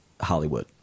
Hollywood